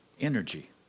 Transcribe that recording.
energy